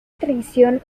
traición